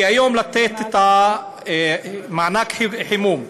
לתת היום את מענק החימום,